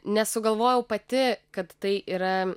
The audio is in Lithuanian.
nesugalvojau pati kad tai yra